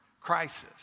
Crisis